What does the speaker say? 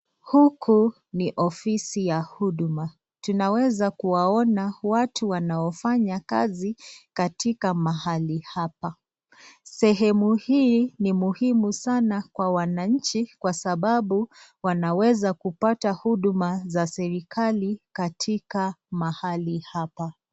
Huku ni ofisi ya huduma, tunaona watu ambao wanafanya kazi katika ofisi ukifika mahali hapa, sehemu hii ni muhimu sana kwa wananchi kwa sababu wanaweza kupata huduma za kiserikali katika mahali hapa.